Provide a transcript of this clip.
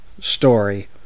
story